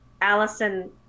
Allison